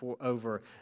over